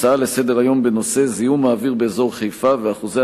הצעות לסדר-היום בנושא זיהום האוויר באזור חיפה ואחוזי